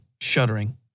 shuddering